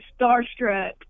starstruck